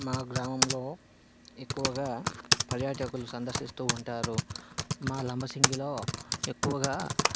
మా గ్రామంలో ఎక్కువగా పర్యాటకులు సందర్శిస్తూ ఉంటారు మా లంబసింగిలో ఎక్కువగా